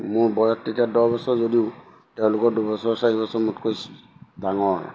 মোৰ বয়স তেতিয়া দহ বছৰ যদিও তেওঁলোকৰ দুবছৰ চাৰি বছৰ মোতকৈ ডাঙৰ